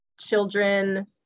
children